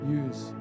use